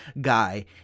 guy